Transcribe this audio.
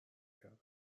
کردم